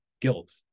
guilt